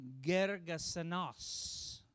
Gergasanos